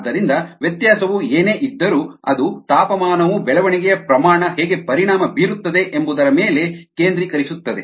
ಆದ್ದರಿಂದ ವ್ಯತ್ಯಾಸವು ಏನೇ ಇದ್ದರೂ ಅದು ತಾಪಮಾನವು ಬೆಳವಣಿಗೆಯ ರೇಟ್ ಹೇಗೆ ಪರಿಣಾಮ ಬೀರುತ್ತದೆ ಎಂಬುದರ ಮೇಲೆ ಕೇಂದ್ರೀಕರಿಸುತ್ತದೆ